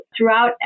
throughout